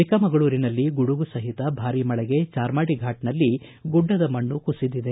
ಚಿಕ್ಕಮಗಳೂರಿನಲ್ಲಿ ಗುಡುಗು ಸಹಿತ ಭಾರಿ ಮಳೆಗೆ ಚಾರ್ಮಾಡಿಫಾಟ್ನಲ್ಲಿ ಗುಡ್ಡದ ಮಣ್ಣು ಕುಸಿದಿದೆ